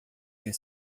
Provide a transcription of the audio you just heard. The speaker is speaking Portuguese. ver